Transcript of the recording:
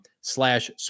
slash